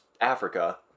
Africa